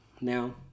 Now